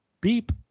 beep